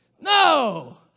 No